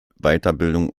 weiterbildung